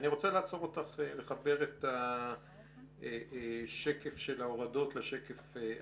אני רוצה לעצור אותך ולחבר את השקף של ההורדות לשקף הזה.